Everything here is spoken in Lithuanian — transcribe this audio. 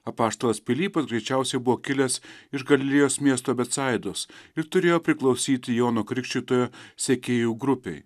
apaštalas pilypas greičiausiai buvo kilęs iš galilėjos miesto becaidos ir turėjo priklausyti jono krikštytojo sekėjų grupei